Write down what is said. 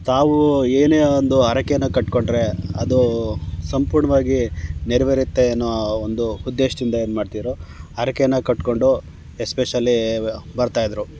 ತಾವೂ ಏನೇ ಒಂದು ಹರಕೆಯನ್ನು ಕಟ್ಕೊಂಡ್ರೆ ಅದು ಸಂಪೂರ್ಣವಾಗಿ ನೆರವೇರುತ್ತೆ ಅನ್ನೋ ಒಂದು ಉದ್ದೇಶದಿಂದ ಏನು ಮಾಡ್ತಿದ್ದರು ಹರಕೆಯನ್ನು ಕಟ್ಕೊಂಡು ಎಸ್ಪೆಷಲಿ ಬರ್ತಾಯಿದ್ರು